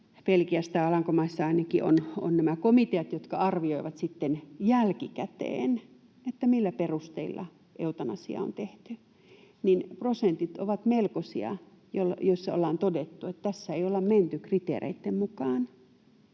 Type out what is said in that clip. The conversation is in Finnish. Belgiassa ja Alankomaissa on nämä komiteat, jotka arvioivat sitten jälkikäteen, millä perusteilla eutanasia on tehty, niin prosentit ovat melkoisia, joissa ollaan todettu, että tässä ei olla menty kriteereitten mukaan.